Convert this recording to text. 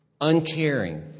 uncaring